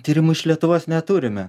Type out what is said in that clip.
tyrimų iš lietuvos neturime